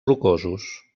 rocosos